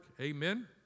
Amen